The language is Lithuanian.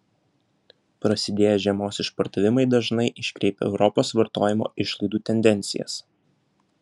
prasidėję žiemos išpardavimai dažnai iškreipia europos vartojimo išlaidų tendencijas